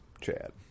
Chad